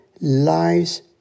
lies